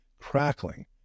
crackling